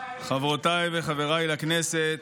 חברותיי וחבריי לכנסת,